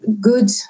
good